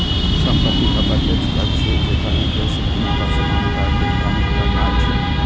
संपत्ति कर प्रत्यक्ष कर छियै, जेकर उद्देश्य धनक असमानता कें कम करनाय छै